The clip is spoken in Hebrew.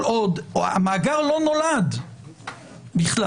המאגר עוד לא נולד בכלל.